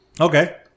Okay